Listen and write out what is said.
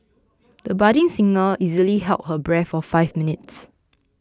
the budding singer easily held her breath for five minutes